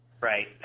Right